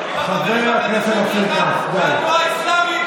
בדברים הכי תקינים בסדר-יומה של מדינת ישראל,